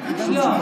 לא.